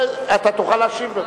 אתה תוכל להשיב לו.